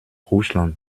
russland